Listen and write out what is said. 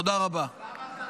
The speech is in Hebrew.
תודה רבה.